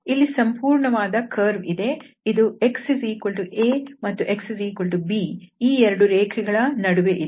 ಇಲ್ಲಿ ಸಂಪೂರ್ಣವಾದ ಕರ್ವ್ ಇದೆ ಇದು xa ಮತ್ತು xb ಈ ಎರಡು ರೇಖೆಗಳ ನಡುವೆ ಇದೆ